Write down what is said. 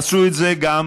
עשו את זה גם